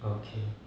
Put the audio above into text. okay